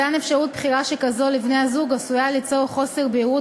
מתן אפשרות בחירה שכזו לבני-הזוג עשויה ליצור חוסר בהירות